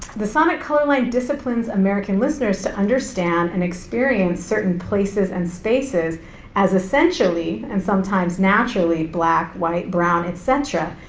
the sonic color line disciplines american listeners to understand and experience certain places and spaces as essentially and sometimes naturally black, white, brown, et cetera,